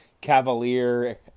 Cavalier